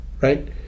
right